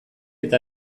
eta